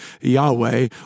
Yahweh